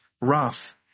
wrath